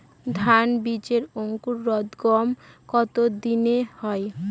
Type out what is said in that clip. ধান বীজের অঙ্কুরোদগম কত দিনে হয়?